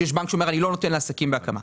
או שיש בנק שאומר: אני לא נותן לעסקים בהקמה.